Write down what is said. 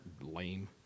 lame